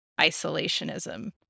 isolationism